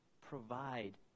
provide